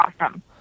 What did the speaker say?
awesome